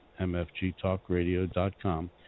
mfgtalkradio.com